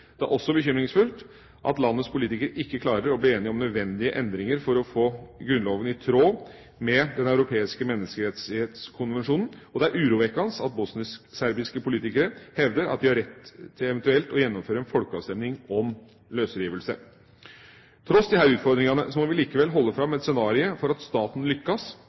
Det er også bekymringsfullt at landets politikere ikke klarer å bli enige om nødvendige endringer for å få grunnloven i tråd med Den europeiske menneskerettskonvensjon. Og det er urovekkende at bosnisk-serbiske politikere hevder de har rett til eventuelt å gjennomføre en folkeavstemning om løsrivelse. Til tross for disse utfordringene må vi likevel holde fram et scenario for at staten lykkes,